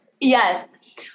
Yes